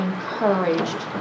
Encouraged